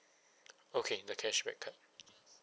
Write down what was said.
okay the cashback card